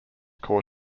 core